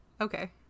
Okay